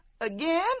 Again